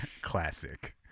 Classic